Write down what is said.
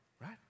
right